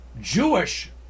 Jewish